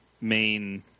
main